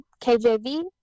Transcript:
KJV